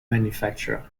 manufacturer